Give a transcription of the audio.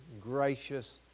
gracious